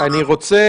אני רוצה,